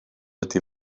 ydy